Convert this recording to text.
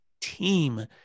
team